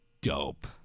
dope